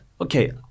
okay